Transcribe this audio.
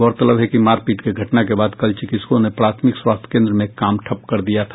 गौरतलब है कि मारपीट की घटना के बाद कल चिकित्सकों ने प्राथमिक स्वास्थ्य केंद्र में काम ठप्प करा दिया था